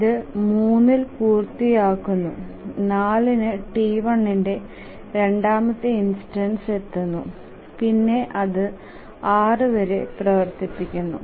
ഇത് 3ഇൽ പൂർത്തിയാകുനു 4 ന് T1 ന്റെ രണ്ടാമത്തെ ഇൻസ്റ്റൻസ് എത്തുന്നു പിന്നെ അതു 6 വരെ പ്രവർത്തിക്കുന്നു